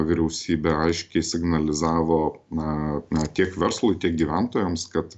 vyriausybė aiškiai signalizavo na na tiek verslui tiek gyventojams kad